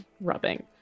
rubbing